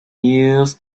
years